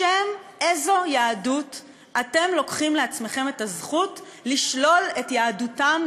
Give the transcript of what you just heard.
בשם איזו יהדות אתם לוקחים לעצמכם את הזכות לשלול את יהדותם,